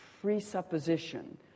presupposition